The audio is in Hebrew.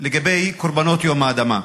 לגבי קורבנות יום האדמה.